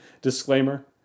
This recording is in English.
Disclaimer